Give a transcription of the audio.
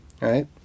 right